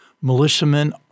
Militiamen